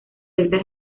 regla